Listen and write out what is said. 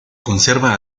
conserva